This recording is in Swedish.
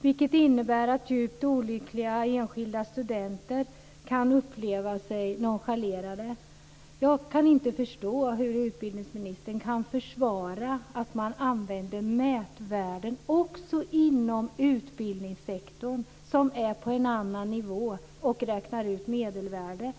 vilket innebär att djupt olyckliga enskilda studenter kan uppleva sig nonchalerade. Jag kan inte förstå hur utbildningsministern kan försvara att man använder mätvärden också inom utbildningssektorn som är på en annan nivå och räknar ut medelvärde.